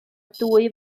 dwy